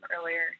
earlier